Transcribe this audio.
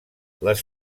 les